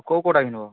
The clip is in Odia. କେଉଁ କେଉଁଟା କିଣ୍ବ